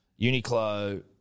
Uniqlo